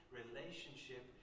relationship